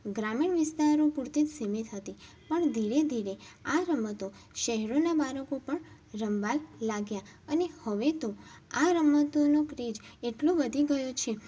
ગ્રામીણ વિસ્તારો પૂરતી જ સીમિત હતી પણ ધીરે ધીરે આ રમતો શહેરોના બાળકો પણ રમવા લાગ્યા અને હવે તો આ રમતોનો ક્રેજ એટલો વધી ગયો છે